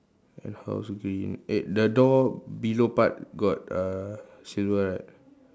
and house green eh the door below part got uh silver right